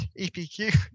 EPQ